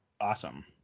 Awesome